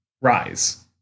rise